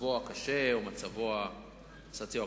מצבו הקשה או מצבו הסוציו-אקונומי,